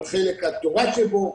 על חלק התורה שבו,